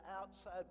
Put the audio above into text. outside